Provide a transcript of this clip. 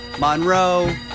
Monroe